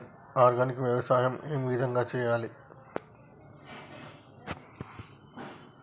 Organic వ్యవసాయం ఏ విధంగా చేయాలి?